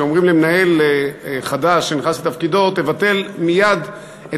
שאומרים למנהל חדש שנכנס לתפקידו: תבטל מייד את